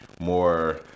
more